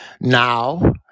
now